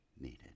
needed